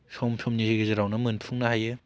खम समनि गेजेरावनो मोनफुंनो हायो